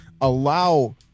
allow